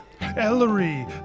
Ellery